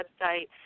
website